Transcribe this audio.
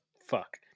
fuck